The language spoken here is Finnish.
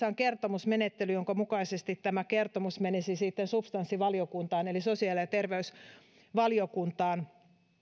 on kertomusmenettely jonka mukaisesti tämä kertomus menisi sitten substanssivaliokuntaan eli sosiaali ja terveysvaliokuntaan